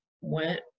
went